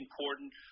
important